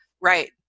Right